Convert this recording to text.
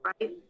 right